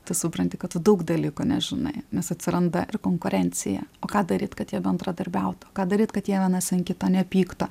tu supranti kad tu daug dalykų nežinai nes atsiranda ir konkurencija o ką daryt kad jie bendradarbiautų o ką daryt kad jie vienas ant kito nepyktų